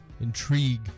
intrigue